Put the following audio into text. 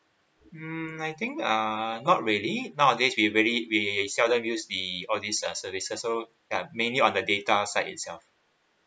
mm I think uh not really nowadays we really we seldom use the all these uh services so yup mainly on the data side itself